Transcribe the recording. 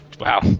Wow